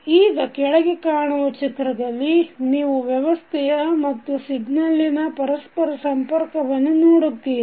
ಈಗ ಕೆಳಗೆ ಕಾಣುವ ಚಿತ್ರದಲ್ಲಿ ನೀವು ವ್ಯವಸ್ಥೆಯ ಮತ್ತು ಸಿಗ್ನಲ್ಲಿನ ಪರಸ್ಪರ ಸಂಪರ್ಕವನ್ನು ನೋಡುತ್ತೀರಿ